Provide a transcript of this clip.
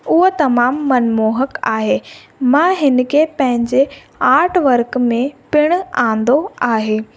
उहो तमामु मनमोहक आहे मां हिन खे पंहिंजे आट वर्क में पिण आंदो आहे